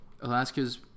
Alaska's